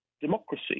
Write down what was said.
democracy